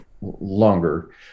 longer